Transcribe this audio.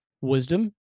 wisdom